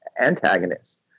antagonist